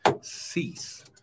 cease